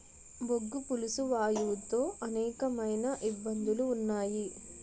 బొగ్గు పులుసు వాయువు తో అనేకమైన ఇబ్బందులు ఉన్నాయి